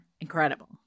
incredible